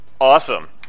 Awesome